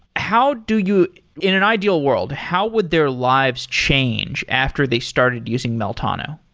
how do you in an ideal world, how would their lives change after they started using meltano?